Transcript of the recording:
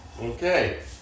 Okay